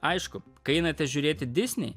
aišku kai einate žiūrėti disney